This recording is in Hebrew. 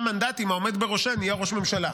מנדטים שהעומד בראשה נהיה ראש ממשלה.